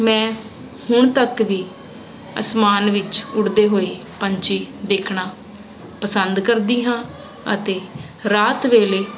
ਮੈਂ ਹੁਣ ਤੱਕ ਵੀ ਅਸਮਾਨ ਵਿੱਚ ਉੱਡਦੇ ਹੋਏ ਪੰਛੀ ਦੇਖਣਾ ਪਸੰਦ ਕਰਦੀ ਹਾਂ ਅਤੇ ਰਾਤ ਵੇਲੇ